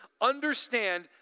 understand